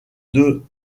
deux